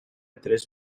tres